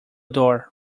door